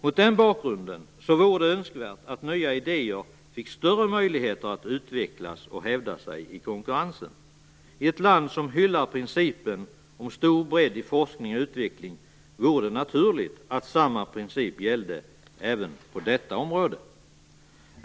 Mot den bakgrunden vore det önskvärt att nya idéer fick större möjligheter att utvecklas och hävda sig i konkurrensen. I ett land som hyllar principen om stor bredd i forskning och utveckling vore det naturligt att denna princip även gällde på detta område.